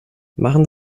machen